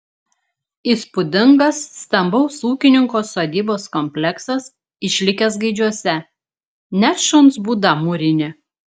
įspūdingas stambaus ūkininko sodybos kompleksas išlikęs gaidžiuose net šuns būda mūrinė